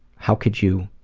how could you,